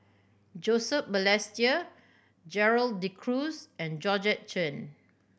Joseph Balestier Gerald De Cruz and Georgette Chen